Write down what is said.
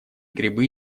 грибы